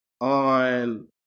on